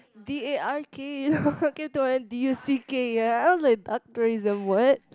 D A R K what came to mind D U C K ya I'm like duck tourism what